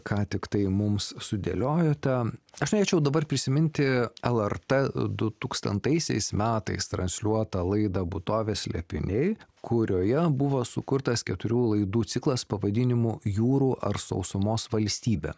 ką tik tai mums sudėliojote aš norėčiau dabar prisiminti lrt dutūkstantaisiais metais transliuotą laidą būtovės slėpiniai kurioje buvo sukurtas keturių laidų ciklas pavadinimu jūrų ar sausumos valstybė